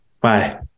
Bye